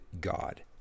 God